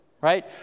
right